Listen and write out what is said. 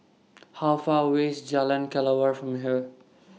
How Far away IS Jalan Kelawar from here